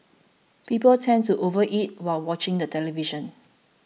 people tend to overeat while watching the television